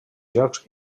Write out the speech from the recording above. llocs